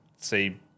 See